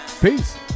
Peace